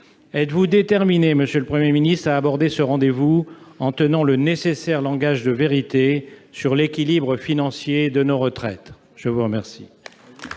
Êtes-vous déterminé, monsieur le Premier ministre, à aborder ce rendez-vous en tenant le nécessaire langage de vérité sur l'équilibre financier de nos retraites ? La parole